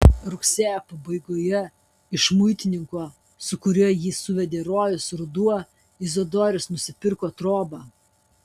rugsėjo pabaigoje iš muitininko su kuriuo jį suvedė rojus ruduo izidorius nusipirko trobą